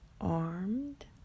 armed